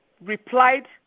replied